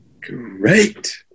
Great